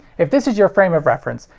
if this is your frame of reference,